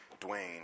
Dwayne